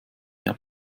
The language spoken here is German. mehr